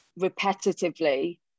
repetitively